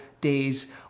day's